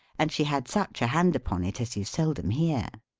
and she had such a hand upon it as you seldom hear.